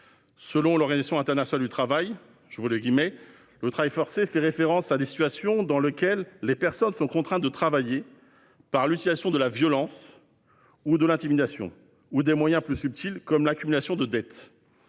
Selon l'Organisation internationale du travail :« Le travail forcé fait référence à des situations dans lesquelles les personnes sont contraintes de travailler par l'utilisation de la violence ou de l'intimidation, ou des moyens plus subtils comme l'accumulation de dettes